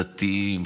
דתיים,